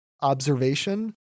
observation